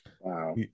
Wow